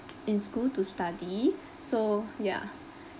in school to study so yeah